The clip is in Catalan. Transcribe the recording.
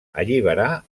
alliberar